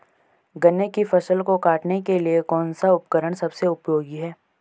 गन्ने की फसल को काटने के लिए कौन सा उपकरण सबसे उपयोगी है?